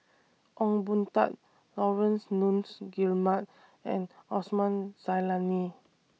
Ong Boon Tat Laurence Nunns Guillemard and Osman Zailani